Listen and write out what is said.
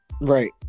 Right